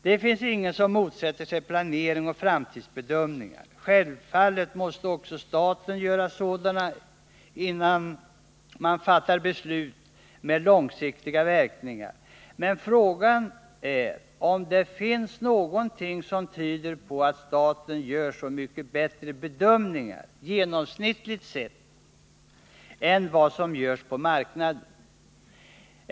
Det finns ingen som motsätter sig planering och framtidsbedömningar. Självfallet måste också staten göra sådana innan man fattar beslut med långsiktiga verkningar. Men frågan är om det finns någonting som tyder på att staten gör så mycket bättre bedömningar, genomsnittligt sett, än vad som görs på marknaden.